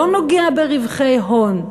לא נוגע ברווחי הון,